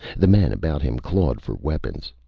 the men about him clawed for weapons.